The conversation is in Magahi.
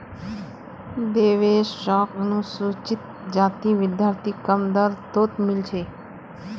देवेश शोक अनुसूचित जाति विद्यार्थी कम दर तोत मील छे